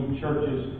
churches